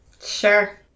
Sure